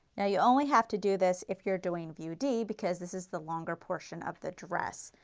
yeah you only have to do this if you are doing view d because this is the longer portion of the dress.